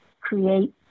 create